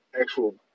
actual